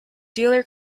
dealer